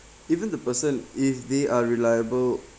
even the person if they are reliable